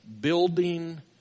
building